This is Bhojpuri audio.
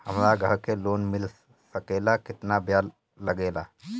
हमरा घर के लोन मिल सकेला केतना ब्याज लागेला?